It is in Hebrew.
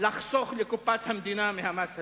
לחסוך לקופת המדינה מהמס הזה,